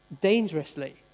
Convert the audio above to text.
dangerously